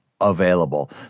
available